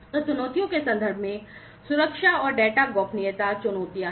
तो चुनौतियों के संदर्भ में सुरक्षा और डेटा गोपनीयता चुनौतियां हैं